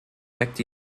weckt